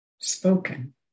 spoken